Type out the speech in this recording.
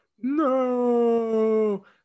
no